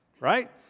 right